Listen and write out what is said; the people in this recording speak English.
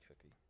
cookie